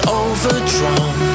overdrawn